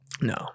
no